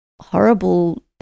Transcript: horrible